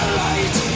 light